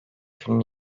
film